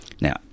now